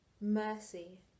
Mercy